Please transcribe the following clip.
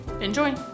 Enjoy